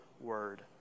word